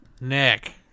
Nick